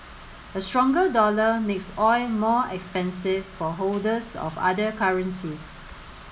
a stronger dollar makes oil more expensive for holders of other currencies